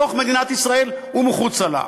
בתוך מדינת ישראל ומחוצה לה.